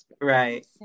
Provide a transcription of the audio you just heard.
Right